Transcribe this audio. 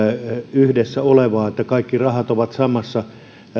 kanssa niin että kaikki rahat ovat samassa